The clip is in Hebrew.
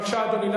בבקשה, אדוני.